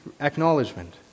acknowledgement